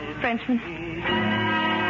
Frenchman